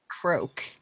croak